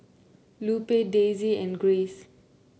Lupe Daisye and Grayce